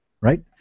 right